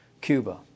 Cuba